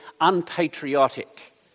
unpatriotic